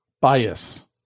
bias